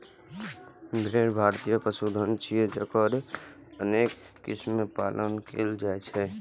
भेड़ भारतीय पशुधन छियै, जकर अनेक किस्मक पालन कैल जाइ छै